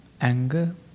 anger